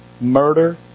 murder